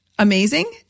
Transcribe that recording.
amazing